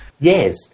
Yes